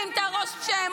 אחים שלי.